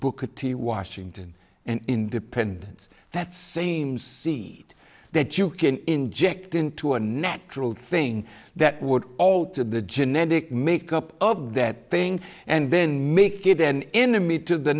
t washington and independence that same see that you can inject into a natural thing that would alter the genetic makeup of that thing and then make it an enemy to the